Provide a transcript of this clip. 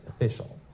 official